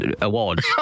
Awards